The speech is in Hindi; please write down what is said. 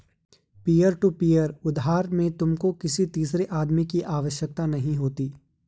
पीयर टू पीयर उधार में तुमको किसी तीसरे आदमी की आवश्यकता नहीं होती